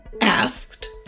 asked